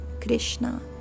Krishna